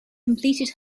completed